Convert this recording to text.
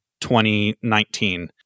2019